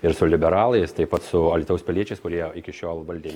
ir su liberalais taip pat su alytaus piliečiais kurie iki šiol valdys